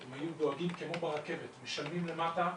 אם היו דואגים, כמו ברכבת, משלמים למטה,